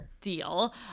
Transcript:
deal